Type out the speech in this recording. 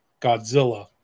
Godzilla